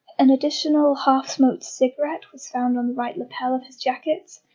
an additional, half-smoked cigarette was found on the right lapel of his jacket,